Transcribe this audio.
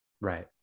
Right